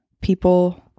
people